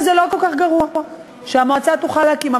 שזה לא כל כך גרוע שהמועצה תוכל להקים.